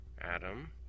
Adam